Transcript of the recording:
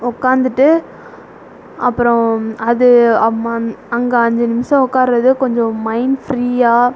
உட்காந்துட்டு அப்புறம் அது அம்மன் அங்கே அஞ்சு நிமிடம் உட்காறது கொஞ்சம் மைண்ட் ஃப்ரீயாக